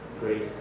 great